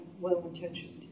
well-intentioned